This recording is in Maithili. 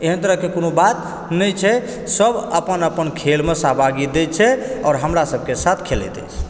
एहन तरहके कोनो बात नै छै सब अपन अपन खेलमे सहभागी दै छै आओर हमरा सबके साथ खेलैत अछि